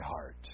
heart